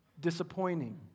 disappointing